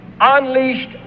unleashed